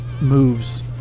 moves